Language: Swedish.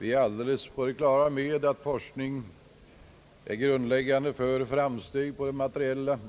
Vi är alldeles på det klara med att forskning är grundläggande för framsteg på såväl det materiella som